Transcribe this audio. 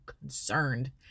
concerned